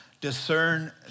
discern